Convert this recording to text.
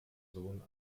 sohn